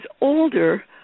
older